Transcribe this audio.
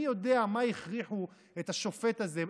מי יודע מה הכריחו את השופט הזה,